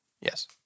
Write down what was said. Yes